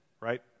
right